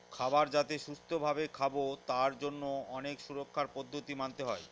খাবার যাতে সুস্থ ভাবে খাবো তার জন্য অনেক সুরক্ষার পদ্ধতি মানতে হয়